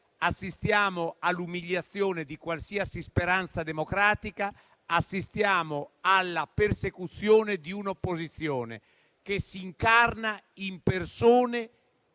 Assistiamo all'umiliazione di qualsiasi speranza democratica. Assistiamo alla persecuzione di un'opposizione che si incarna in persone